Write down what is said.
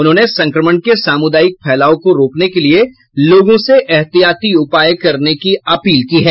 उन्होंने संक्रमण के सामुदायिक फैलाव को रोकने के लिए लोगों से ऐहतियाती उपाय करने की अपील की है